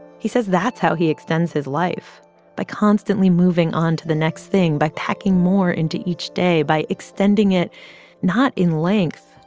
he says that's how he extends his life by constantly moving on to the next thing by packing more into each day by extending it not in length,